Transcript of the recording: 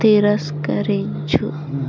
తిరస్కరించు